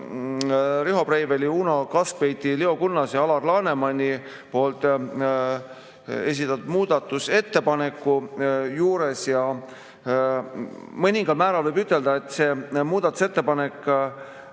Riho Breiveli, Uno Kaskpeiti, Leo Kunnase ja Alar Lanemani esitatud muudatusettepaneku juures. Mõningal määral võib ütelda, et see muudatusettepanek